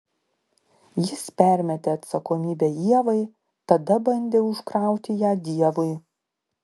jis permetė atsakomybę ievai tada bandė užkrauti ją dievui